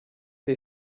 dei